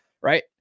right